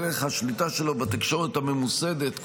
דרך השליטה שלו בתקשורת הממוסדת,